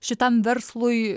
šitam verslui